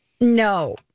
No